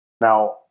now